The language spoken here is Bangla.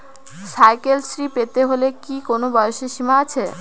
সাইকেল শ্রী পেতে হলে কি কোনো বয়সের সীমা আছে?